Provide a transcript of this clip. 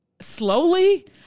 Slowly